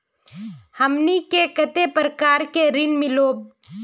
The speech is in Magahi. हमनी के कते प्रकार के ऋण मीलोब?